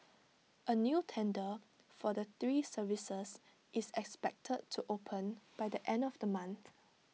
A new tender for the three services is expected to open by the end of the month